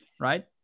right